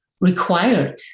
required